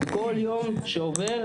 כל יום שעובר,